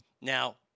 Now